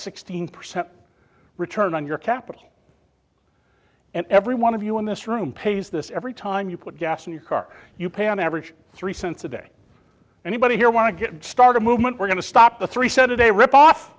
sixteen percent return on your capital and every one of you in this room pays this every time you put gas in your car you pay on average three cents a day anybody here want to get start a movement we're going to stop the three saturday rip off